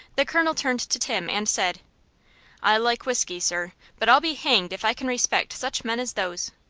the colonel turned to tim, and said i like whiskey, sir but i'll be hanged if i can respect such men as those.